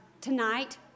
tonight